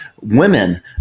women